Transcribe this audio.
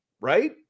right